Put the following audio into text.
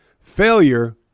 Failure